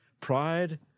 pride